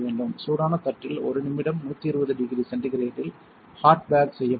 சூடான தட்டில் 1 நிமிடம் 120 டிகிரி சென்டிகிரேடில் ஹார்ட் பேக் செய்யப்படுகிறது